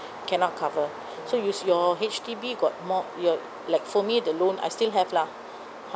cannot cover so use your H_D_B got more your like for me the loan I still have lah